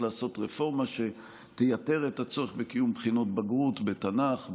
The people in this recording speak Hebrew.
לעשות רפורמה שתייתר את הצורך בקיום בחינות בגרות בתנ"ך,